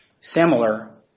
similar